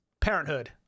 Parenthood